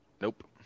nope